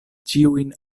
ĉiujn